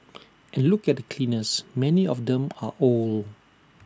and look at the cleaners many of them are old